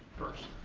first.